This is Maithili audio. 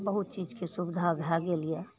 बहुत चीजके सुविधा भए गेल यऽ